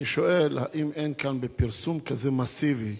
אני שואל האם, בפרסום כזה מסיבי